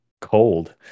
Cold